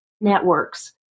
networks